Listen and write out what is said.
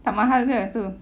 tak mahal ke tu